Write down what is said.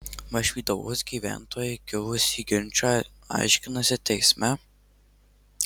vaišvydavos gyventojai kilusį ginčą aiškinasi teisme